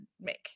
make